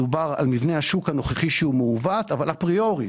דובר על מבנה השוק הנוכחי שהוא מעוות אבל אפריורית